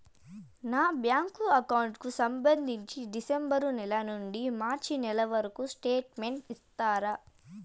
నా bank account కు సంబంధించి డిసెంబరు నెల నుండి మార్చి నెలవరకు స్టేట్మెంట్ ఇస్తారా?